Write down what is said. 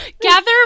Gather